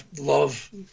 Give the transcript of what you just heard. love